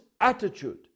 attitude